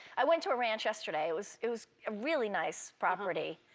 i went to a ranch yesterday. it was it was really nice property.